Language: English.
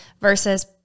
versus